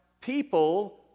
people